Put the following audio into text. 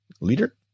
leader